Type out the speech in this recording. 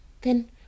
Then